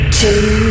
two